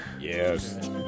Yes